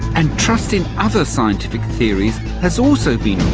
and trust in other scientific theories has also been